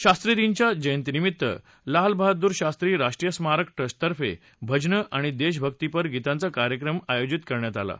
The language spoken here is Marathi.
शास्त्रीजींच्या जयंतीनिभित्त लाल बहादुर शास्त्री राष्ट्रीय स्मारक ट्रस्टतर्फे भजनं आणि देशभक्तीपर गीतांचा कार्यक्रम आयोजित केला आहे